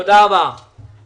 אדוני היושב-ראש,